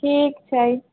ठीक छै